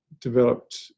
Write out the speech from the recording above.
developed